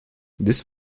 this